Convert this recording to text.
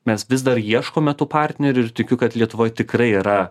mes vis dar ieškome tų partnerių ir tikiu kad lietuvoj tikrai yra